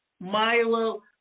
Milo